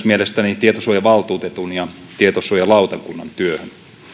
mielestäni myös tietosuojavaltuutetun ja tietosuojalautakunnan työhön